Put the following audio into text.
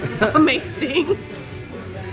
amazing